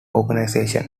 organization